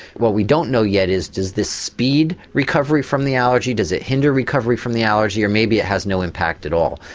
what we don't know yet is does this speed recovery from the allergy, does it hinder recovery from the allergy or maybe it has no impact at all.